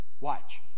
watch